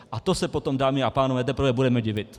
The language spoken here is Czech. A to se potom, dámy a pánové, teprve budeme divit!